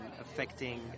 affecting